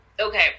Okay